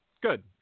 Good